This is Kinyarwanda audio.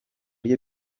rye